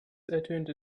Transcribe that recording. ertönte